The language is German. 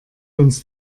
uns